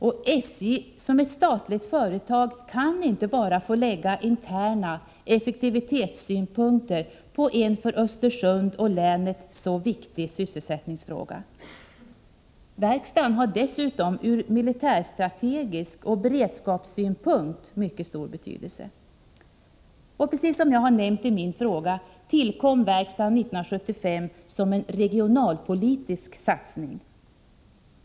SJ kan som ett statligt företag inte enbart få lägga interna effektivitetssynpunkter på en för Östersund och länet så viktig sysselsättningsfråga. Verkstaden har dessutom ur militärstrategisk synpunkt och ur beredskapssynpunkt mycket stor betydelse. Precis som jag nämnt i min fråga tillkom verkstaden 1975 som en regionalpolitisk satsning.